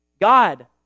God